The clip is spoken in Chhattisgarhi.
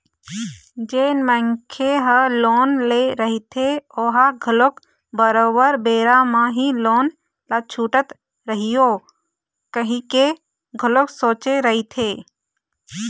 जेन मनखे ह लोन ले रहिथे ओहा घलोक बरोबर बेरा म ही लोन ल छूटत रइहूँ कहिके घलोक सोचे रहिथे